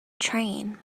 train